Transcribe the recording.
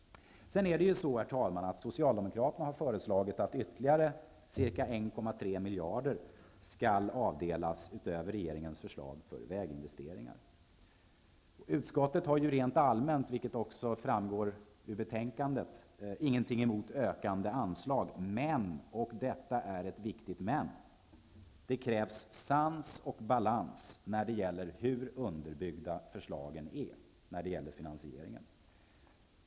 Sedan har Socialdemokraterna föreslagit att ytterligare ca 1,3 miljarder, utöver regeringens förslag, skall avdelas för väginvesteringar. Utskottet har rent allmänt, vilket också framgår av betänkandet, ingenting emot ökade anslag. Men, och detta är ett viktigt men, det krävs sans och balans när det gäller hur väl underbyggda förslagen är i fråga om finansieringen.